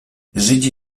żydzi